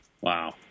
Wow